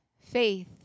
faith